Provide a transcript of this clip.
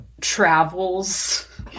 travels